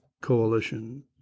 coalition